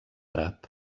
àrab